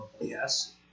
Yes